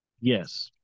Yes